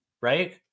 right